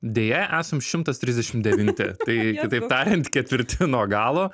deja esam šimtas trisdešim devinti tai kitaip tariant ketvirti nuo galo